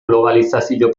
globalizazio